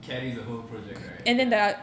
carries the whole project right ya